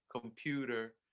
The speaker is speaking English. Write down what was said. computer